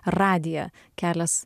radiją kelias